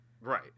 right